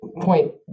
point